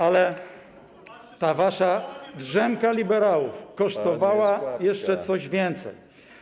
Ale ta wasza drzemka liberałów kosztowała jeszcze coś więcej.